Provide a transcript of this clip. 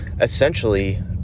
essentially